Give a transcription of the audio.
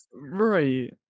Right